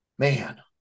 Man